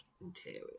interior